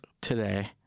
today